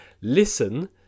listen